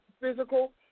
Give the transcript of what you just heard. physical